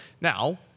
Now